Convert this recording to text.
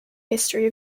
history